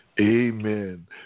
amen